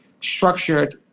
structured